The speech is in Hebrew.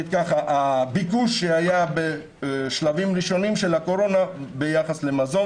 הביקוש שהיה בשלבים ראשונים של הקורונה ביחס למזון,